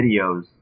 videos